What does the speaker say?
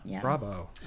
Bravo